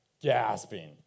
gasping